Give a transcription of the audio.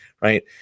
right